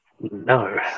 No